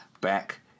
Back